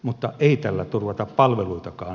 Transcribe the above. mutta ei tällä turvata palveluitakaan